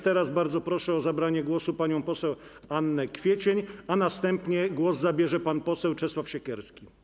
Teraz bardzo proszę o zabranie głosu panią poseł Annę Kwiecień, a następnie głos zabierze pan poseł Czesław Siekierski.